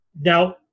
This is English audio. Now